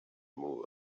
moors